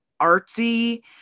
artsy